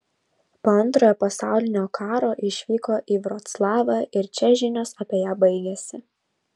po antrojo pasaulinio karo išvyko į vroclavą ir čia žinios apie ją baigiasi